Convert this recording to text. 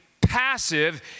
passive